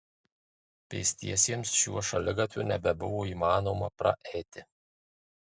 pėstiesiems šiuo šaligatviu nebebuvo įmanoma praeiti